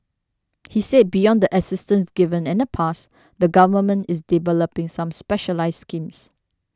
he said beyond the assistance given in the past the government is developing some specialised schemes